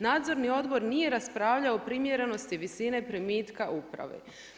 Nadzorni odbor nije raspravljao o primjerenosti visine primitka uprave.